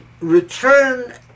return